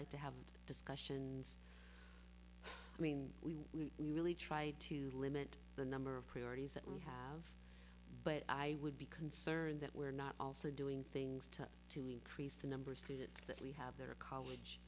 like to have discussions i mean we really try to limit the number of priorities that we have but i would be concerned that we're not also doing things to to increase the number of students that we have that are college